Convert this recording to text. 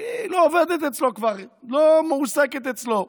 היא כבר לא עובדת אצלו, היא לא מועסקת אצלו.